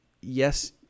yes